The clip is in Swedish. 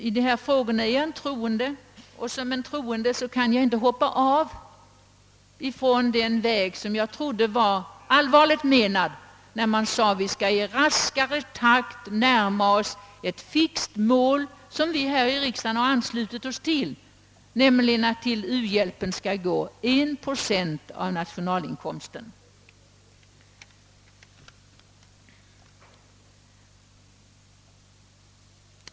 I dessa frågor är jag troende, och som troende kan jag inte hoppa av från den väg som jag trodde att man allvarligt menade att slå in på när man sade: Vi skall i raskare takt närma oss ett fixerat mål som vi här i riksdagen anslutit oss till, nämligen att till u-hjälpen skall gå 1 procent av nationalinkomsten.